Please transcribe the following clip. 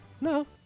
no